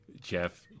Jeff